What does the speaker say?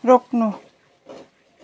रोक्नु